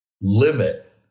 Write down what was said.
limit